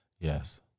yes